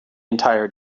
entire